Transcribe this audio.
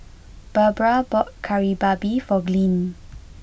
Barbara bought Kari Babi for Glynn